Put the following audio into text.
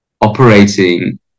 operating